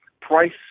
price